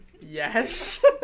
Yes